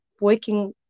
working